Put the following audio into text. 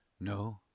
No